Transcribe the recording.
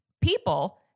people